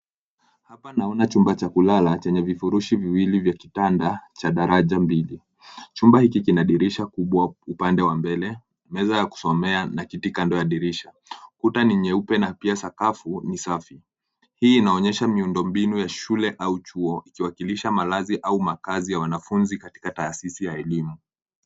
Hapa naona chumba cha kulala chenye vifurushi viwili vya kitanda cha daraja mbili. Chumba hiki kina dirisha kubwa upande wa mbele, meza ya kusomea na kiti kando ya dirisha. Ukuta ni nyeupe na pia sakafu ni safi. Hii inaonyesha miundombinu ya shule au chuo ikiwakilisha malazi au makazi ya wanafunzi katika taasisi ya elimu.